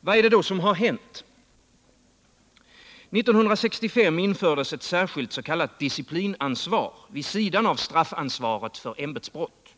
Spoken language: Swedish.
Vad är det då som har hänt? 1965 infördes ett särskilt s.k. disciplinansvar vid sidan av straffansvaret för ämbetsbrott.